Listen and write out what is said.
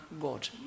God